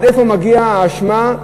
עד איפה מגיעה האשמה,